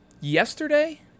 Yesterday